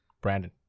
brandon